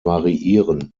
variieren